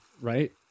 Right